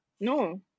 No